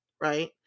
right